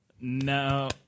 No